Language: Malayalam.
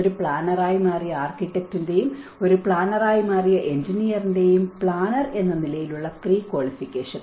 ഒരു പ്ലാനറായി മാറിയ ആർക്കിടെക്ടിൻറെയും ഒരു പ്ലാനറായി മാറിയ എൻജിനീയറിന്റെയും പ്ലാനർ എന്ന നിലയിലുള്ള പ്രീ ക്വാളിഫികേഷൻ